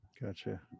Gotcha